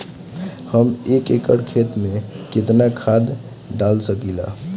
हम एक एकड़ खेत में केतना खाद डाल सकिला?